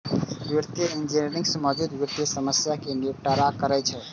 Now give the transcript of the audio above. वित्तीय इंजीनियरिंग मौजूदा वित्तीय समस्या कें निपटारा करै छै